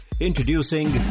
Introducing